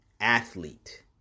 athlete